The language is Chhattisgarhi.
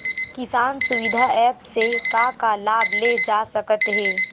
किसान सुविधा एप्प से का का लाभ ले जा सकत हे?